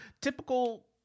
typical